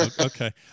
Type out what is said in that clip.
Okay